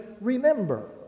remember